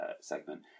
segment